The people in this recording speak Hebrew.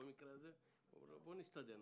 ואומר לו: "בוא נסתדר".